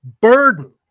burden